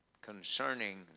concerning